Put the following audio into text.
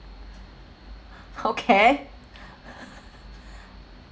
okay